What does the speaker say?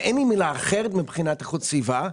ואין לי מילה אחרת מבחינת איכות סביבה,